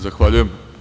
Zahvaljujem.